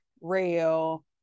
rail